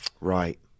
Right